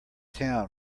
town